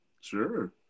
sure